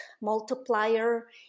multiplier